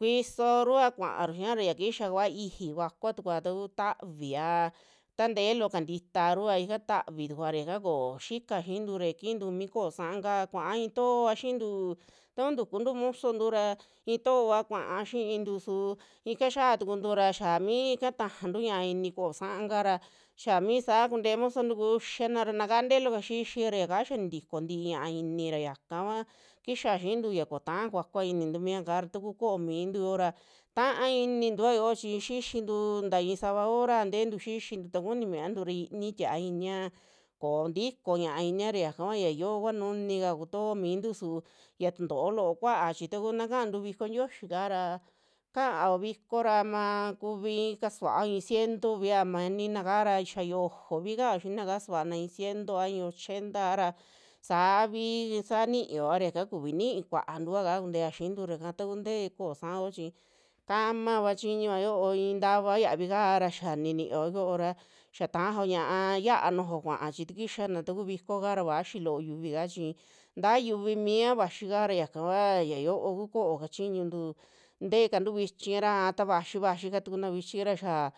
kusorua kuaru xiaa ra, yia kisa kua iji kuakua tukua ta kuu tavia, ta teelo kantitaru ra ika tavitukua ra xaka koo xika xintura ya kintu kumi ko'o sa'a kaa kua i'i toova, xintu taku tukuntu mosontu ra i'i toova kuaa xiintu su ika xia tukuntu ra xia mi ika tajantu ñaa ini ko'o sa'a kara xia mi saa kuntee mosontu kuxiana ra naka ntee looka xixi ra yaka xia nitikonti ñaa ini ra yaka kua kixa xiintu ya kotaa kuakua inintu mi yaka ra, taku ko'o mintu yoo ra ta'a initua yoo chi xixitu nta i'i sava hora teentu xixintu ta kuni miantu ra ini tia'a inia, koo ntiko ñaa inira yaka kua ya yo'o kua nunika kutoo mintu su ya tuntoo loo kuaa chi takuna kaantu viko tioxi kara, kaao viko ra maa kuvi i'i kasuao i'i ciento via, ma nina kara xa yojovi kaao xinaka sukuana i'i cientoa a i'i ochenta ra saavi sa nioa ra yaka kuvi nii kuaatua ka kuntea xintura yaka taku ntee ko'o sa'a yoo chi kamava chiñua yo'o intavao yavika ra xia ninioa yo'o ra xaa tajao ñaa xia nujuo kuaa chi takixana. taku viko kaara vaxii loo yuvi ka chi nta yuvi mia vaxi kaa ta yakakua ya yo'o ku ko'o kachiñuntu tekantu vichi ra a ta, vaxi, vaxi katukuna vichi ra xia.